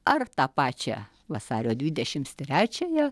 ar tą pačią vasario dvidešimts trečiąją